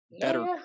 better